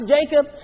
Jacob